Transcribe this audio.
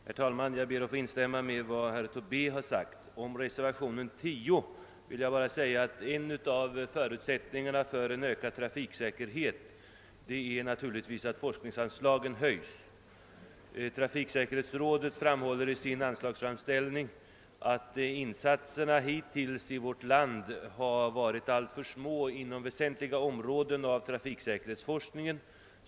Herr talman! Jag ber att få instämma i herr Tobés yttrande. Beträffande reservationen 10 vill jag framhålla att en av förutsättningarna för ökad trafiksäkerhet naturligtvis är att forskningsanslagen höjs. Trafiksäkerhetsrådet säger i sin anslagsframställning att insatserna hittills varit alltför obetydliga inom väsentliga områden av trafiksäkerhetsforskningen.